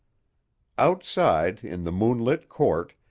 outside, in the moonlit court,